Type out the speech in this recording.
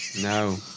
no